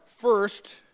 first